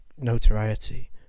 notoriety